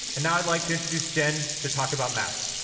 and now i'd like to introduce jen to talk about maps.